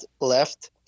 left